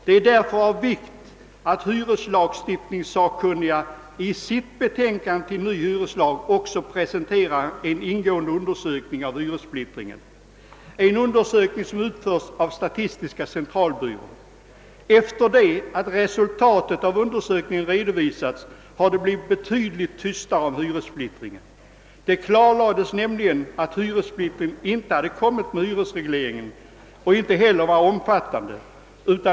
Det är därför av vikt att konstatera, att hyreslagstiftningssakkunniga i sitt betänkande till ny hyreslag också presenterar en ingående undersökning av hyressplittringen, en undersökning som utförts av statistiska centralbyrån. Efter det att resultatet av denna undersökning redovisades har det blivit betydligt tystare i frågan om hyressplittringen. Det klarlades nämligen att hyressplittringen inte hade kommit med hyresregleringen och att den inte heller var omfattande.